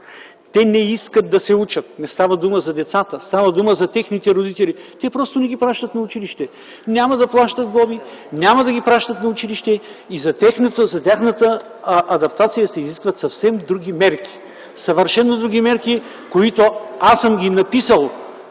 Те не искат да се учат! Не става дума за децата – става дума за техните родители. Те просто не ги пращат на училище. Няма да плащат глоби, няма да ги пращат на училище. За тяхната адаптация се изискват съвсем други мерки – съвършено други мерки, които аз съм написал